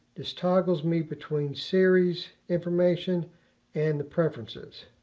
just toggles me between series information and the preferences.